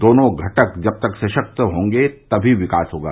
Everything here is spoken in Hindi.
दोनों घटक जब सशक्त होंगे तमी विकास होगा